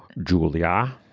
julia,